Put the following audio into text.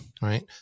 right